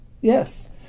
Yes